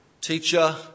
Teacher